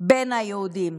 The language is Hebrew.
בין היהודים,